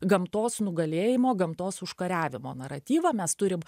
gamtos nugalėjimo gamtos užkariavimo naratyvą mes turim